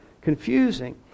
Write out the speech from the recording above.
confusing